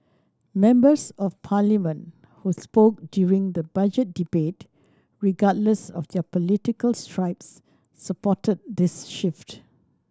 members of Parliament who spoke during the Budget debate regardless of their political stripes supported this shift